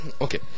Okay